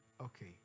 okay